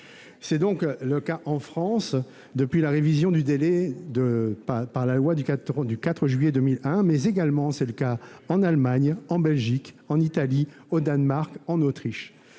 C'est le cas en France depuis la révision du délai par la loi du 4 juillet 2001, mais également en Allemagne, en Belgique, en Italie, au Danemark, en Autriche.